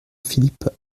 philippe